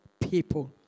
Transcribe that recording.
people